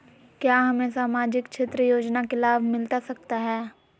क्या हमें सामाजिक क्षेत्र योजना के लाभ मिलता सकता है?